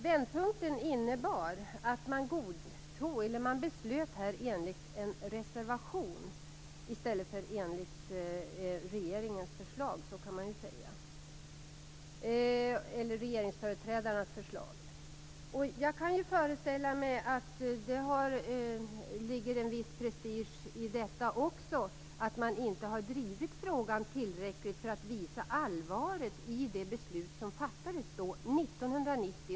Vändpunkten innebar att man beslutade i enlighet med en reservation i stället för i enlighet med regeringsföreträdarnas förslag. Jag kan föreställa mig att det också ligger en viss prestige i detta, eftersom man inte tillräckligt har drivit frågan för att visa allvaret i det beslut som fattades 1990.